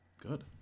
Good